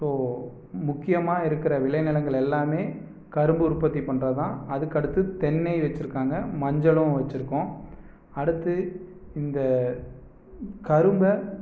so முக்கியமாக இருக்கிற விளைநிலங்கள் எல்லாமே கரும்பு உற்பத்தி பண்ணுறது தான் அதுக்கு அடுத்து தென்னை வச்சுருக்காங்க மஞ்சளும் வச்சுருக்கோம் அடுத்து இந்த கரும்பை